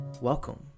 welcome